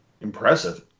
impressive